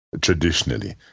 traditionally